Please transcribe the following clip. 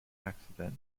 accident